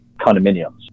condominiums